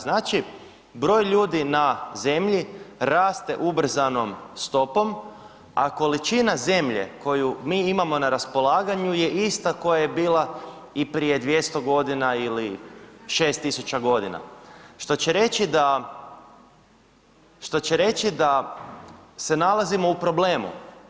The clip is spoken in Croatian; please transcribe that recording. Znači broj ljudi na zemlji, raste ubrzanom stopom, a količina zemlje, koju mi imamo na raspolaganju je ista koja je bila i prije 200 g. ili 6000 godina što će reći da, što će reći da se nalazimo u problemu.